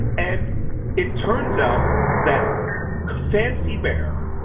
and it turns out that fancy bear,